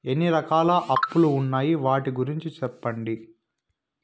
ఎన్ని రకాల అప్పులు ఉన్నాయి? వాటి గురించి సెప్పండి?